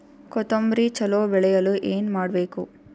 ಕೊತೊಂಬ್ರಿ ಚಲೋ ಬೆಳೆಯಲು ಏನ್ ಮಾಡ್ಬೇಕು?